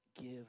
give